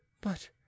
But